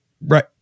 Right